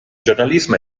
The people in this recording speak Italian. giornalismo